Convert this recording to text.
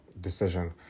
decision